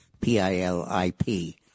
P-I-L-I-P